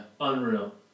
Unreal